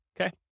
okay